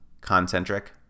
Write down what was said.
concentric